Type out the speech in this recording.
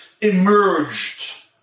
emerged